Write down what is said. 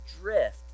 drift